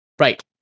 Right